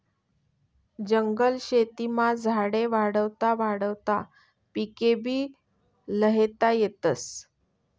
जंगल शेतीमा झाडे वाढावता वाढावता पिकेभी ल्हेता येतस